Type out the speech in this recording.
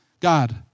God